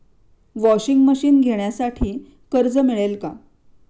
Washing machine घेण्यासाठी कर्ज मिळेल का?